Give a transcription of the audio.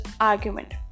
argument